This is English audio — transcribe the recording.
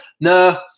no